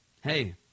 hey